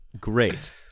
great